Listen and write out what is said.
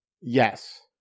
yes